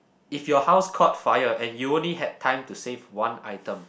if your house caught fire and you only had time to save one item